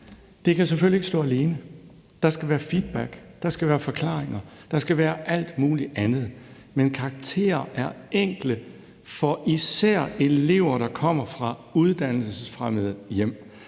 Det kan selvfølgelig ikke stå alene. Der skal være feedback, der skal være forklaringer, og der skal være alt muligt andet, men karakterer er enkle for især elever, der kommer fra uddannelsesfremmede hjem.